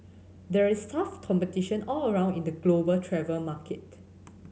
there is tough competition all around in the global travel market